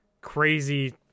crazy